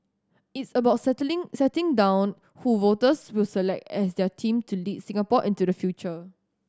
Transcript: it's about settling setting down who voters will select as their team to lead Singapore into the future